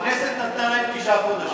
הכנסת נתנה להם תשעה חודשים.